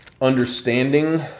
understanding